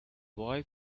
boy